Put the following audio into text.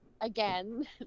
again